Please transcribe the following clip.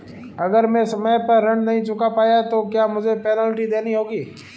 अगर मैं समय पर ऋण नहीं चुका पाया तो क्या मुझे पेनल्टी देनी होगी?